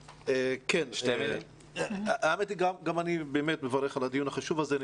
גם אני מברך על הדיון החשוב הזה ואני